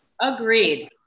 Agreed